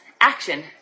action